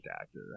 actor